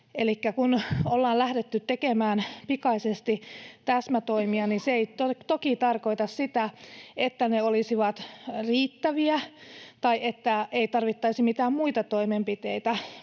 kun ollaan lähdetty tekemään pikaisesti täsmätoimia, niin se ei toki tarkoita sitä, että ne olisivat riittäviä tai että ei tarvittaisi mitään muita toimenpiteitä,